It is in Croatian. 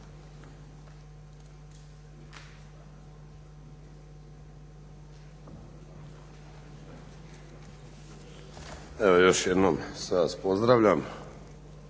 Evo još jednom sve vas pozdravljam.